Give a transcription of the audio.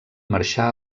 marxar